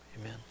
amen